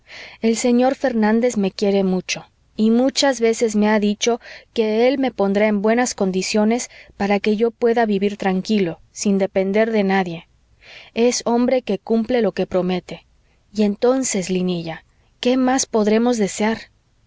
el señor fernández me quiere mucho y muchas veces me ha dicho que él me pondrá en buenas condiciones para que pueda yo vivir tranquilo sin depender de nadie es hombre que cumple lo que promete y entonces linilla qué más podremos desear